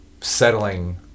settling